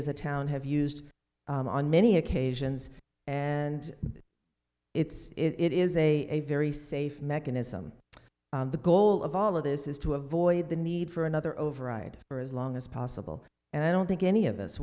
as a town have used on many occasions and it's it is a very safe mechanism the goal of all of this is to avoid the need for another override for as long as possible and i don't think any of us